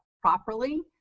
properly